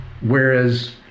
whereas